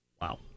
Wow